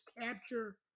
Capture